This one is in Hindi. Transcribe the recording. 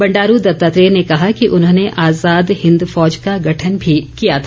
बंडारू दत्तात्रेय ने कहा कि उन्होंने आजाद हिंद फौज का गठन भी किया था